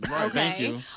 Okay